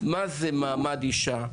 מה זה מעמד אישה,